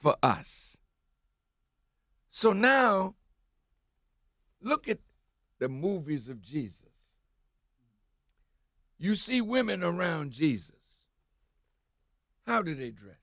for us so now look at the movies of jesus you see women around jesus how do they dress